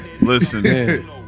listen